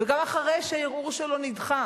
וגם אחרי שהערעור שלו נדחה